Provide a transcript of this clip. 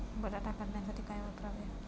बटाटा काढणीसाठी काय वापरावे?